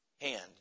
hand